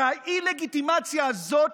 והאי-לגיטימציה הזאת